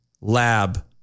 lab